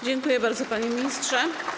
Dziękuję bardzo, panie ministrze.